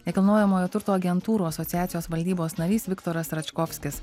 nekilnojamojo turto agentūrų asociacijos valdybos narys viktoras račkovskis